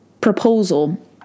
proposal